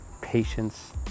patience